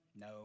No